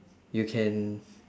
you can